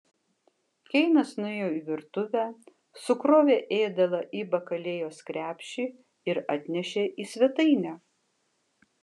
keinas nuėjo į virtuvę sukrovė ėdalą į bakalėjos krepšį ir atnešė į svetainę